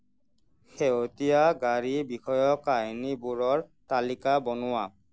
শেহতীয়া গাড়ী বিষয়ক কাহিনীবোৰৰ তালিকা বনোঁৱা